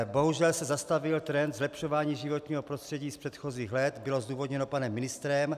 Bohužel se zastavil trend zlepšování životního prostředí z předchozích let bylo zdůvodněno panem ministrem.